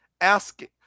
asking